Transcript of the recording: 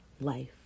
life